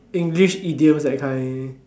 English idiom that kind